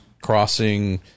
crossing